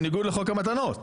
בניגוד לחוק המתנות.